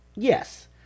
Yes